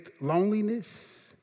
loneliness